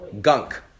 gunk